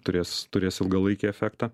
turės turės ilgalaikį efektą